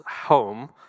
home